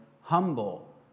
humble